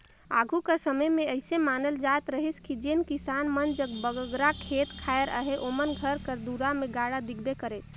आघु कर समे मे अइसे मानल जात रहिस कि जेन किसान मन जग बगरा खेत खाएर अहे ओमन घर कर दुरा मे गाड़ा दिखबे करे